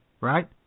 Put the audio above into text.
Right